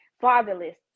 fatherless